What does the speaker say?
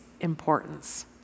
importance